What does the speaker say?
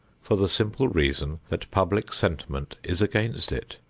for the simple reason that public sentiment is against it.